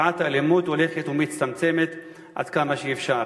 תופעת האלימות הולכת ומצטמצמת עד כמה שאפשר.